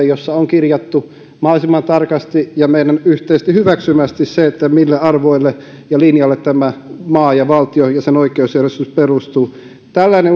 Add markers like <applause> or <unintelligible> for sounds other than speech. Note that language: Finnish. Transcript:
<unintelligible> jossa on kirjattu mahdollisimman tarkasti ja meidän yhteisesti hyväksymästi se mille arvoille ja linjalle tämä maa ja valtio ja oikeusjärjestys perustuvat uskon että kun tällainen <unintelligible>